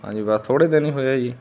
ਹਾਂਜੀ ਬਸ ਥੋੜ੍ਹੇ ਦਿਨ ਹੀ ਹੋਏ ਆ ਜੀ